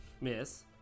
Miss